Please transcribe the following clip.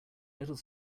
little